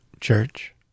Church